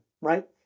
right